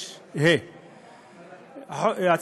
371א(5)(ה).